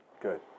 Good